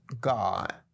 God